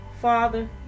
Father